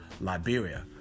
Liberia